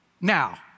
Now